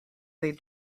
they